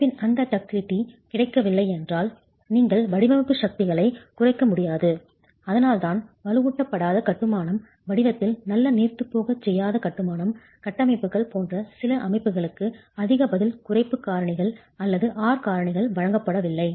அமைப்பின் அந்த டக்டிலிட்டி கிடைக்கவில்லை என்றால் நீங்கள் வடிவமைப்பு சக்திகளைக் குறைக்க முடியாது அதனால்தான் வலுவூட்டப்படாத கட்டுமானம் வடிவத்தில் நல்ல நீர்த்துப்போகச் செய்யாத கட்டுமானம் கட்டமைப்புகள் போன்ற சில அமைப்புகளுக்கு அதிக பதில் குறைப்பு காரணிகள் அல்லது R காரணிகள் வழங்கப்படவில்லை